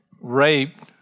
raped